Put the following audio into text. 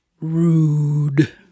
rude